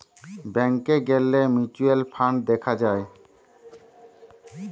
ব্যাংকে গ্যালে mutual fund দেখা যায়